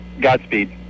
Godspeed